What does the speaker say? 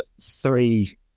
three